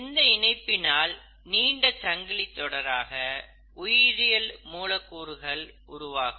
இந்த இணைப்பினால் நீண்ட சங்கிலி தொடராக உயிரியல் மூலக்கூறுகள் உருவாகும்